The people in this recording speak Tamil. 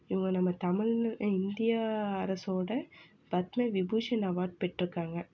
இவங்க நம்ம தமிழில் இந்தியா அரசோட பத்மவிபூஷன் அவார்ட் பெற்றுக்காங்கள்